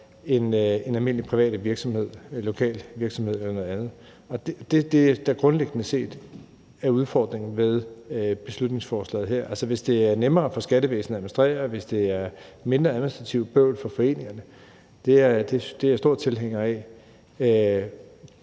en almindelig privat virksomhed, en lokal virksomhed eller noget andet. Det er det, der grundlæggende set er udfordringen ved beslutningsforslaget her. Altså, hvis det er nemmere for skattevæsenet at administrere, og hvis der er mindre administrativt bøvl for foreningerne, så er jeg stor tilhænger af